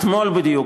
אתמול בדיוק,